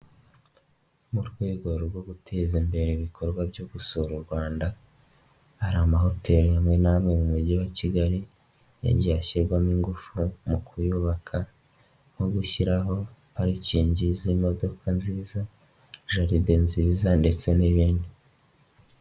Mu rwego rwo guteza imbere ibikorwa byo gusura u Rwanda hari amahoteli amwe n'amwe mu mujyi wa Kigali yagiye ashyirwamo ingufu mu kuyubaka nko gushyiraho parikingi z'imodoka nziza,i jarde nziza ndetse n'ibindi.